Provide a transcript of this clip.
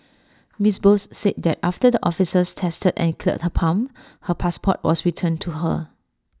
miss Bose said that after the officers tested and cleared her pump her passport was returned to her